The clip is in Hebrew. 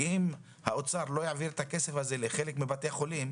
כי אם האוצר לא יעביר את הכסף הזה לחלק מבתי החולים,